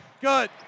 Good